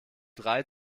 drei